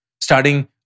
starting